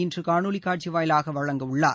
இன்று காணொளி காட்சி வாயிலாக வழங்க உள்ளார்